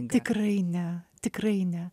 tikrai ne tikrai ne